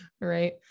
Right